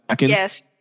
Yes